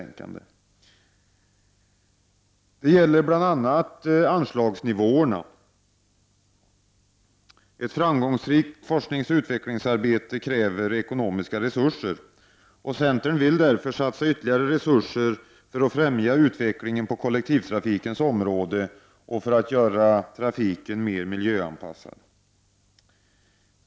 Bl.a. gäller det anslagsnivåerna. Ett framgångsrikt forskningsoch utvecklingsarbete kräver ekonomiska resurser. Centern vill därför satsa ytterligare resurser för att främja utvecklingen på kollektivtrafikens område och för att göra trafiken mer miljöanpassad.